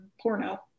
porno